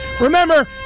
Remember